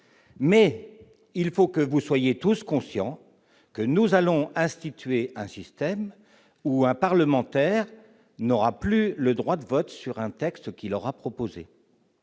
mais il faut que vous soyez tous conscients que nous allons instituer un système où un parlementaire n'aura plus le droit de vote sur un texte qui leur a proposé.